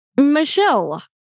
Michelle